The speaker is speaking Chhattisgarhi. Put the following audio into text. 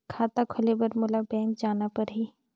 खाता खोले बर मोला बैंक जाना परही?